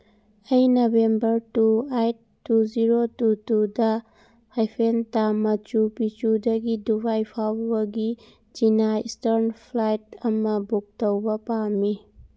ꯑꯩ November two eight two zero two ꯇꯨꯗ hyphen ꯇꯥ ꯃꯆꯨ ꯄꯤꯆꯨꯗꯒꯤ ꯗꯨꯕꯥꯏ ꯐꯥꯎꯕꯒꯤ ꯆꯤꯅꯥ ꯏꯁꯇꯟ ꯐ꯭ꯂꯥꯏꯠ ꯑꯃ ꯕꯨꯛ ꯇꯧꯕ ꯄꯥꯝꯃꯤ